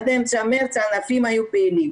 עד אמצע מרץ הענפים היו פעילים.